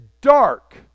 dark